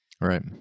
Right